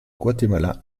guatemala